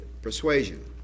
Persuasion